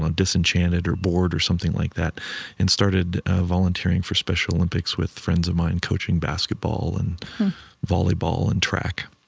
ah disenchanted or bored or something like that and started volunteering for special olympics with friends of mine, coaching basketball and volleyball and track.